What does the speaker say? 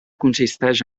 consisteix